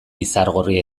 izargorri